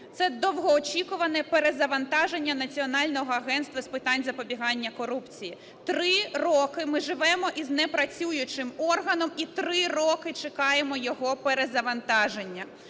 Це довгоочікуване перезавантаження Національного агентства з питань запобігання корупції. Три роки ми живемо із непрацюючим органом і три роки чекаємо його перезавантаження.